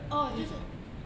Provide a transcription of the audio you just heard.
oh 就是